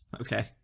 Okay